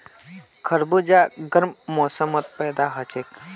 खरबूजा गर्म मौसमत पैदा हछेक